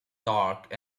dark